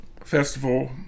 festival